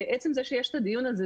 עצם זה שיש את הדיון הזה,